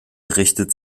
richtet